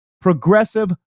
Progressive